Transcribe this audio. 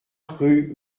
rue